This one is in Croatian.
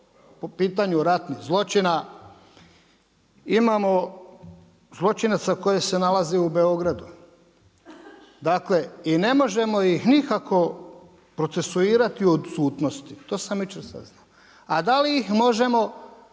po pitanju ratnih zločina, imamo zločinaca koji se nalaze u Beogradu i ne možemo ih nikako procesuirati u odsutnost, to sam jučer saznao. A da li ih možemo